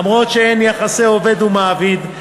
אף שאין יחסי עובד ומעביד,